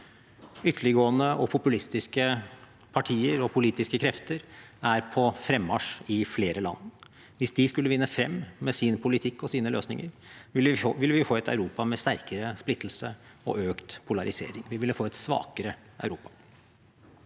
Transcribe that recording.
Ytterliggående og populistiske partier og politiske krefter er på fremmarsj i flere land. Hvis de skulle vinne frem med sin politikk og sine løsninger, ville vi få et Europa med sterkere splittelse og økt polarisering. Vi ville få et svakere Europa.